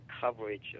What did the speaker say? coverage